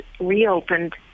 reopened